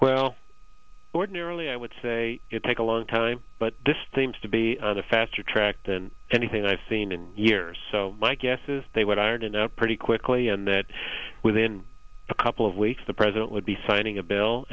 well ordinarily i would say it take a long time but this theme to be a faster track than anything i've seen in years so my guess is they would ireton out pretty quickly and that within a couple of weeks the president would be signing a bill